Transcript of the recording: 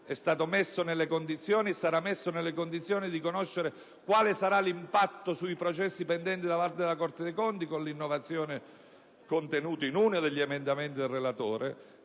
esempio, nessuno di noi sarà messo nelle condizioni di conoscere quale sarà l'impatto sui processi pendenti davanti alla Corte dei conti con l'innovazione contenuta in uno degli emendamenti del relatore;